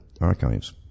archives